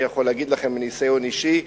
אני יכול להגיד לכם מניסיון אישי,